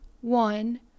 one